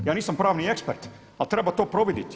Ja nisam pravni ekspert ali treba to providiti.